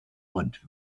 und